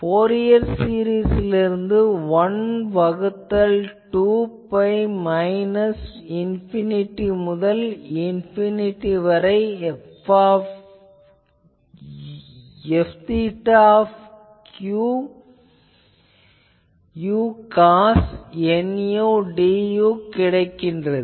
Fourier series லிருந்து 1 வகுத்தல் 2 pi minus infinity முதல் இன்பினிட்டி வரை Fd காஸ் nu du கிடைக்கிறது